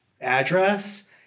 address